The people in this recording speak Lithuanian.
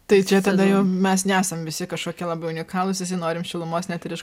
tai čia tada jau mes nesam visi kažkokie labai unikalūs visi norim šilumos net ir iš